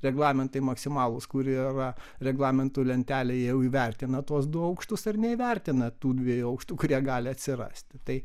reglamentai maksimalūs kurie yra reglamentų lentelėj jau įvertina tuos du aukštus ar neįvertina tų dviejų aukštų kurie gali atsirasti tai